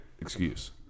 excuse